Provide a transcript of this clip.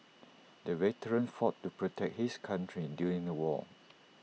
the veteran fought to protect his country during the war